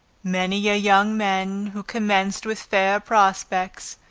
many a young man who commenced with fair prospects,